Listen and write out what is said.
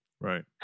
Right